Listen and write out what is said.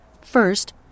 First